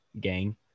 gang